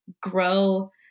grow